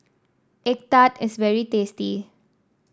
egg tart is very tasty